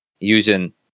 using